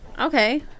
Okay